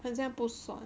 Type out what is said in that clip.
很像不算